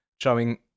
showing